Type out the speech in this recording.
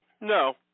No